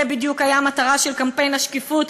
זאת בדיוק הייתה המטרה של קמפיין "השתולים",